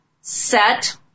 set